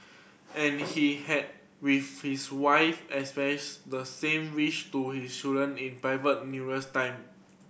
and he had with his wife expressed the same wish to his children in private numerous time